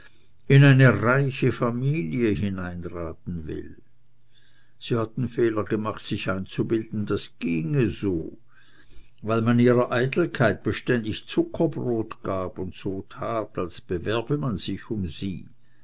in eine reiche familie hineinheiraten will sie hat den fehler gemacht sich einzubilden das ginge so weil man ihrer eitelkeit beständig zuckerbrot gab und so tat als bewerbe man sich um sie